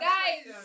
Guys